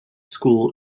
school